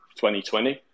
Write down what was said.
2020